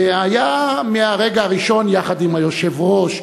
שהיה מהרגע הראשון יחד עם היושב-ראש,